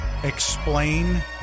Explain